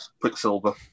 Quicksilver